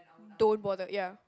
don't bother ya